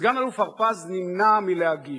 סגן-אלוף הרפז נמנע מלהגיב.